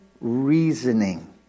reasoning